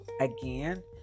again